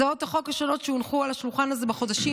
הצעות החוק השונות שהונחו על השולחן הזה בחודשים